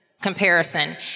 Comparison